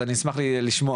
אז אני אשמח לשמוע,